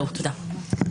תודה.